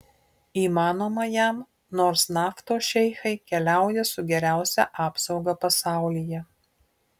įmanoma jam nors naftos šeichai keliauja su geriausia apsauga pasaulyje